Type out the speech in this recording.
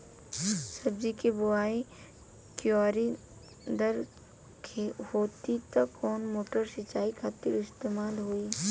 सब्जी के बोवाई क्यारी दार होखि त कवन मोटर सिंचाई खातिर इस्तेमाल होई?